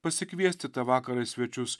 pasikviesti tą vakarą į svečius